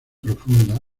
profunda